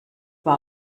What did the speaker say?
war